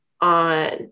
on